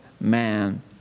man